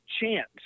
chance